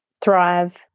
thrive